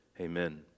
Amen